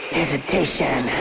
hesitation